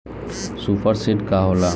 Super seeder का होला?